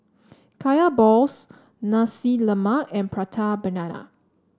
Kaya Balls Nasi Lemak and Prata Banana